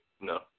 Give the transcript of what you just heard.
no